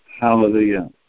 Hallelujah